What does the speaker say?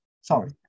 sorry